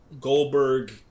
Goldberg